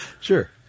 Sure